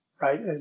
right